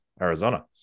Arizona